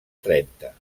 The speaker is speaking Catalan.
trenta